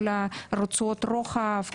כל רצועות הרוחב,